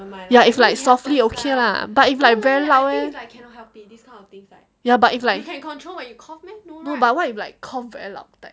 ya if like softly okay lah but if like very loud eh ya but if like no but what if like cough very loud type